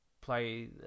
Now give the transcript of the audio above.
play